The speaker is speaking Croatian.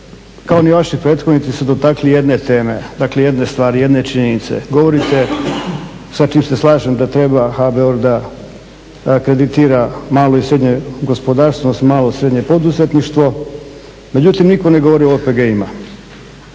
kao ni vaši prethodnici se dotakli jedne teme, dakle jedne stvari, jedne činjenice govorite sa čim se slažem da treba HBOR kreditira malo i srednje poduzetništvo međutim nitko ne govori o OPG-im.